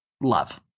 Love